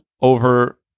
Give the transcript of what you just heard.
over